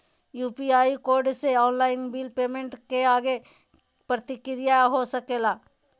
UPI code से online bill payment के आगे के प्रक्रिया का हो सके ला?